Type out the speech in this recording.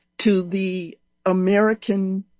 to the american